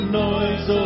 noise